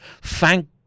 thank